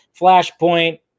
flashpoint